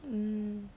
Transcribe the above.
hmm